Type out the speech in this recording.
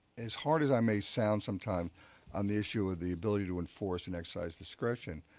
as hard as i may sound sometimes on the issue of the ability to enforce and exercise discretion,